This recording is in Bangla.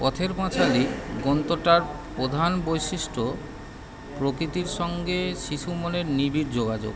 পথের পাঁচালী গ্রন্থটার প্রধান বৈশিষ্ট্য প্রকৃতির সঙ্গে শিশু মনের নিবিড় যোগাযোগ